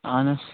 اَہن حظ